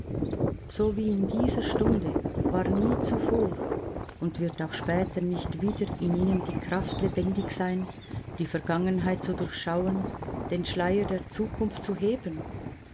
so wie in dieser stunde war nie zuvor und wird auch später nicht wieder in ihnen die kraft lebendig sein die vergangenheit zu durchschauen den schleier der zukunft zu heben